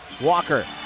Walker